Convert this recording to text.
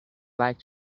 like